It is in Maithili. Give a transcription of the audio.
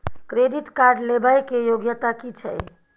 क्रेडिट कार्ड लेबै के योग्यता कि छै?